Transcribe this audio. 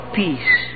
peace